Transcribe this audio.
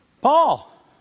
Paul